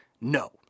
no